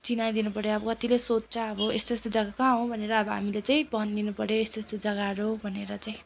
चिनाइदिनु पर्यो अब कत्तिले सोध्छ अब यस्तो यस्तो जग्गा कहाँ हो भनेर अब हामीले चाहिँ भनिदिनु पर्यो यस्तो यस्तो जग्गाहरू भनेर चाहिँ